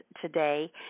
today